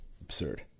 absurd